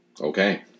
Okay